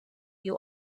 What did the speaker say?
you